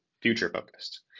future-focused